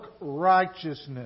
righteousness